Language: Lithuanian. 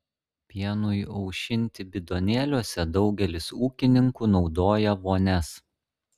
pienui aušinti bidonėliuose daugelis ūkininkų naudoja vonias